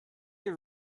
you